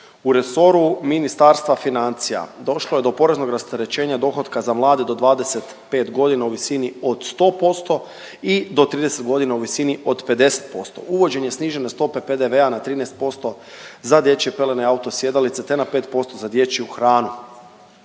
U resoru Ministarstva financija došlo je do poreznog rasterećenja dohotka za mlade do 25 godina u visini od 100 posto i do 30 godina u visini od 50%. Uvođenje snižene stope PDV-a na 13% za dječje pelene i auto sjedalice, te na 5% za dječju hranu.